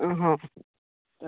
ହଁ